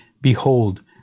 Behold